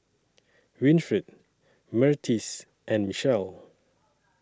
Winfred Myrtis and Michelle